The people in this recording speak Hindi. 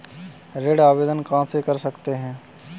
ऋण आवेदन कहां से कर सकते हैं?